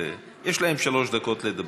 יש להם שלוש דקות לדבר.